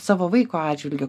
savo vaiko atžvilgiu